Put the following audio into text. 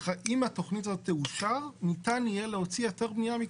אם התכנית הזאת תאושר ניתן יהיה להוציא היתר בנייה מכוחו.